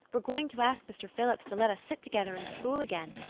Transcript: we're going to ask mr. phillips to let us sit together in school again,